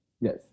Yes